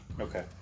Okay